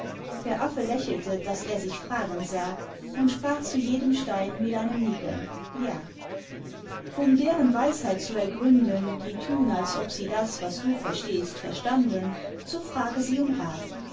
der affe lächelte daß er sich fragen sah und sprach zu jedem stein mit einem nicken ja um deren weisheit zu ergründen die tun als ob sie das was du verstehst verstanden so frage sie um rat